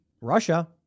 Russia